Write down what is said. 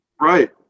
Right